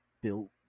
built